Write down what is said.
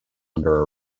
under